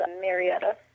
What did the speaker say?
Marietta